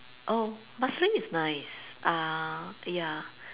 oh Marsiling is nice uh ya